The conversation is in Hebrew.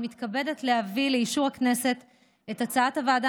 אני מתכבדת להביא לאישור הכנסת את הצעת הוועדה